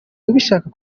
ubishaka